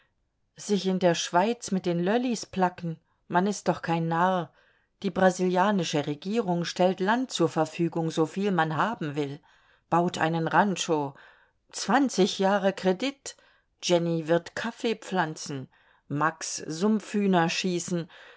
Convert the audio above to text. sich in der schweiz mit den lölis placken man ist doch kein narr die brasilianische regierung stellt land zur verfügung soviel man haben will baut einen rancho zwanzig jahre kredit jenny wird kaffee pflanzen max sumpfhühner schießen